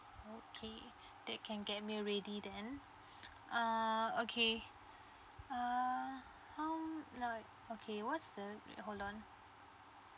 okay that can get me ready then err okay err how like okay what's the hold on